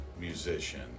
musician